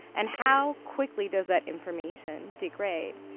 and how quickly does that information degrade?